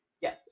Yes